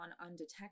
undetected